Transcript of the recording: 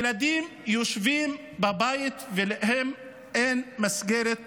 ילדים יושבים בבית ואין להם מסגרת חינוך.